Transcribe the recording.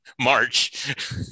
March